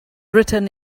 written